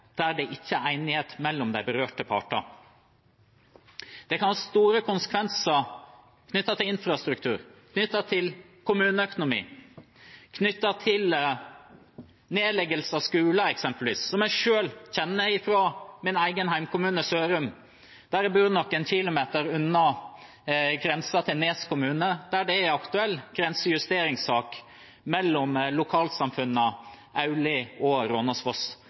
der det ikke er enighet mellom de berørte parter. Det kan ha store konsekvenser knyttet til infrastruktur, knyttet til kommuneøkonomi, knyttet til nedleggelse av skoler, eksempelvis, som jeg selv kjenner til fra min egen hjemkommune, Sørum. Jeg bor noen kilometer unna grensen til Nes kommune, der det er en aktuell grensejusteringssak mellom lokalsamfunnene Auli og